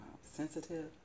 sensitive